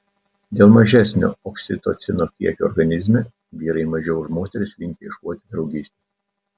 dėl mažesnio oksitocino kiekio organizme vyrai mažiau už moteris linkę ieškoti draugystės